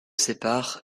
sépare